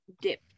dip